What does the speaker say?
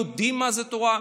יודעים מה זה תורה,